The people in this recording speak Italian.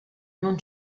non